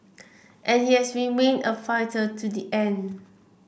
and he has remained a fighter to the end